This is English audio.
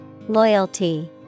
Loyalty